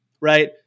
right